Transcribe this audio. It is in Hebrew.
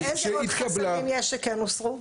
איזה עוד חסמים יש שכן הוסרו?